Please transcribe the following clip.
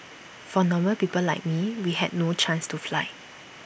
for normal people like me we had no chance to fly